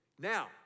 Now